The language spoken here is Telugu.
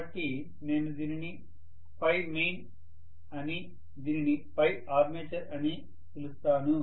కాబట్టి నేను దీనిని main అని దీనిని armature అని పిలుస్తాను